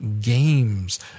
games